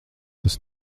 tas